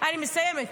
אני מסיימת.